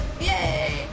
Yay